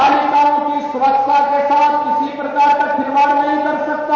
बालिकाओं की सुरक्षा के साथ किसी भी प्रकार का खिलवाड़ नहीं कर सकता